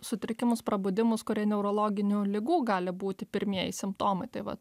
sutrikimus prabudimus kurie neurologinių ligų gali būti pirmieji simptomai taip vat